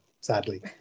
sadly